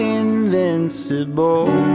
invincible